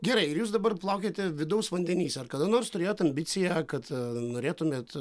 gerai ir jūs dabar plaukiate vidaus vandenyse ar kada nors turėjot ambiciją kad norėtumėt